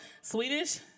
Swedish